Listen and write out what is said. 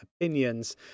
opinions